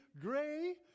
gray